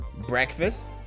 breakfast